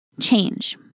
change